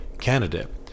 candidate